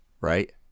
right